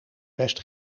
best